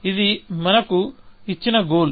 ఇది మనకు ఇచ్చిన గోల్